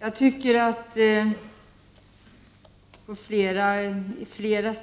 Jag tycker att åtminstone